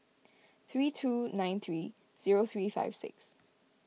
three two nine three zero three five six